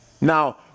now